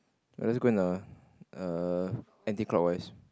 oh go in a err anticlockwise